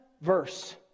verse